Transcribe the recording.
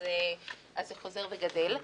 אז זה חוזר וגדל.